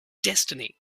destiny